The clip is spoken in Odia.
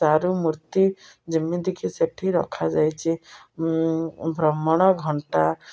ଚାରୁ ମୂର୍ତ୍ତି ଯେମିତିକି ସେଠି ରଖାଯାଇଛି ଭ୍ରମଣ ଘଣ୍ଟା